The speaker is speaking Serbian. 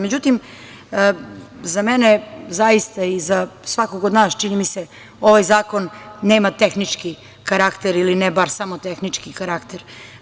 Međutim, za mene zaista i za svakog od nas, čini mi se, ovaj zakon nema tehnički karakter, ili ne bar samo tehnički karakter.